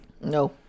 No